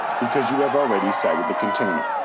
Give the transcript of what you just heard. because you have already cited the container.